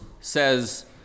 says